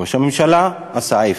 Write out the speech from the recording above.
ראש הממשלה עשה ההפך,